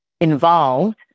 involved